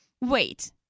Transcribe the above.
Wait